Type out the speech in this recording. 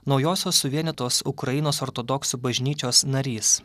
naujosios suvienytos ukrainos ortodoksų bažnyčios narys